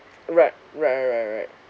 right right right right right right